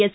S